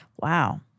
Wow